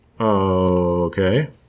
Okay